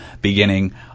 beginning